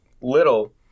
little